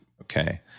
Okay